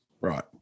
Right